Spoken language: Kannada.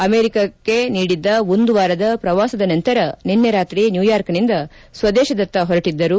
ಅಮೆರಿಕಾ ನೀಡಿದ್ದ ಒಂದುವಾರದ ಪ್ರವಾಸದ ನಂತರ ನಿನ್ನೆ ರಾತ್ರಿ ನ್ಯೂಯಾರ್ಕ್ನಿಂದ ಸ್ವದೇಶದತ್ತ ಹೊರಟಿದ್ದರು